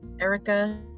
Erica